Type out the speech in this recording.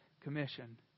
commission